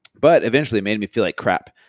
but eventually made me feel like crap.